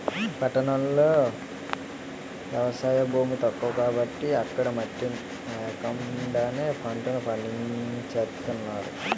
పట్టణాల్లో ఎవసాయ భూమి తక్కువ కాబట్టి అక్కడ మట్టి నేకండానే పంటలు పండించేత్తన్నారు